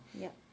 yup